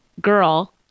girl